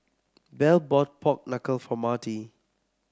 Bell bought Pork Knuckle for Marti